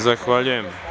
Zahvaljujem.